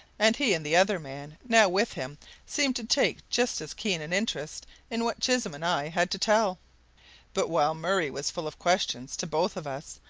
and he and the other man now with him seemed to take just as keen an interest in what chisholm and i had to tell but while murray was full of questions to both of us,